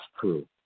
true